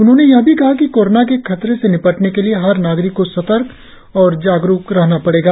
उन्होंने यह भी कहा कि कोरोना के खतरे से निपटने के लिए हर नागरिक को सतर्क और जागरुक रहना पड़ेगा